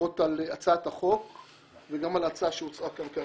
שמדברות על הצעת החוק וגם על ההצעה שהוצעה כאן כרגע.